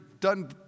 done